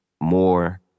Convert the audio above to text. more